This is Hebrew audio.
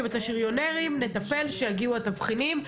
שבשריונרים אנחנו נטפל כשיגיעו התבחינים,